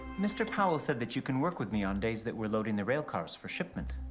mr. powell said that you can work with me on days that we're loading the rail cars for shipment.